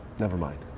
never mind.